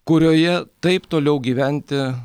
kurioje taip toliau gyventi